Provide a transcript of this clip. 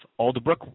Alderbrook